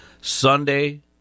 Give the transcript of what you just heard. Sunday